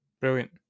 Brilliant